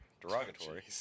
Derogatory